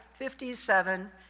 57